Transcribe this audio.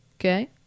Okay